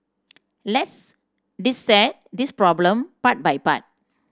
let's dissect this problem part by part